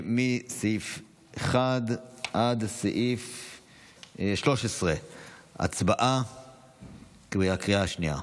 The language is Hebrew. מסעיף 1 עד סעיף 13. הצבעה בקריאה השנייה.